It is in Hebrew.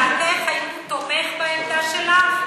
הוא תומך בעמדה שלך?